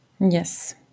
Yes